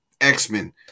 X-Men